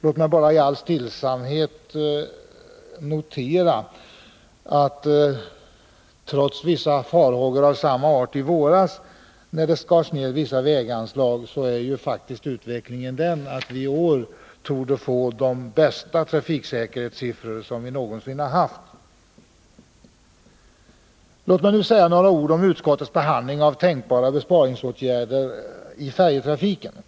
Låt mig bara helt stillsamt notera, att trots vissa farhågor av samma slag i våras, då vissa väganslag skars ned, har ju faktiskt utvecklingen varit den att vi i år torde få de bästa trafiksäkerhetssiffror som vi någonsin har haft. Låt mig sedan säga några ord om utskottets behandling av tänkbara besparingsåtgärder i fråga om färjetrafiken.